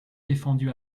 défendu